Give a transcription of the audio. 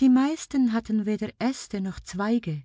die meisten hatten weder äste noch zweige